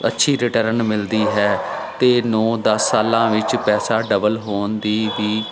ਅੱਛੀ ਰਿਟਰਨ ਮਿਲਦੀ ਹੈ ਅਤੇ ਨੌਂ ਦਸ ਸਾਲਾਂ ਵਿੱਚ ਪੈਸਾ ਡਬਲ ਹੋਣ ਦੀ ਵੀ